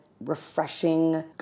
refreshing